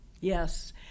Yes